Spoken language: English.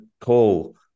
call